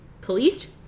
Policed